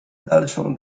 dalszą